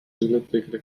milletvekili